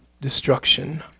destruction